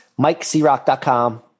MikeCrock.com